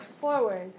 forward